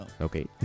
Okay